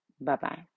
Bye-bye